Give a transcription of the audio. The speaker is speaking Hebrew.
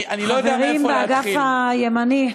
אני לא יודע מאיפה להתחיל, החברים באגף הימני.